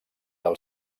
del